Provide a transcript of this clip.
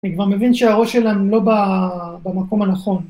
אני כבר מבין שהראש שלנו לא במקום הנכון